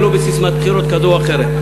ולא בססמת בחירות כזו או אחרת.